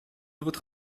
votre